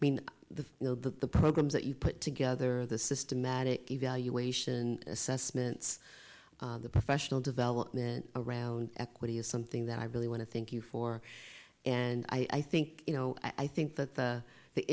i mean the you know that the programs that you put together the systematic evaluation assessments the professional development around equity is something that i really want to thank you for and i think you know i think that the the